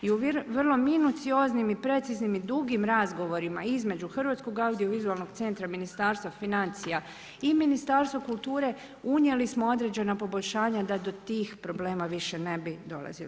I u vrlo minucioznim i preciznim i dugim razgovorima između Hrvatskog audiovizualnog centra, Ministarstva financija i Ministarstva kulture, unijeli smo određene poboljšanja, da do tih problem više ne bi dolazilo.